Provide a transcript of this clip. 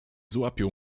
złapią